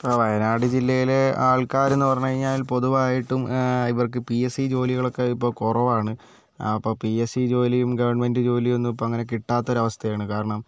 ഇപ്പം വയനാട് ജില്ലയിലെ ആൾക്കാരെന്ന് പറഞ്ഞു കഴിഞ്ഞാൽ പൊതുവായിട്ടും ഇവർക്ക് പി എസ് സി ജോലികളൊക്കെ ഇപ്പോൾ കുറവാണ് അപ്പോൾ പി എസ് സി ജോലിയും ഗവൺമെന്റ് ജോലിയൊന്നും ഇപ്പോൾ അങ്ങനെ കിട്ടാത്തൊരവസ്ഥയാണ് കാരണം